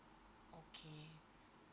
okay